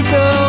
go